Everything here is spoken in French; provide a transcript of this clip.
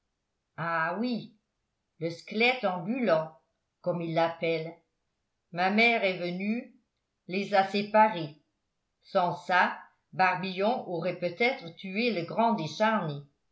ah oui le squelette ambulant comme ils l'appellent ma mère est venue les a séparés sans ça barbillon aurait peut-être tué le